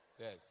Yes